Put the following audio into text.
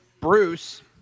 Bruce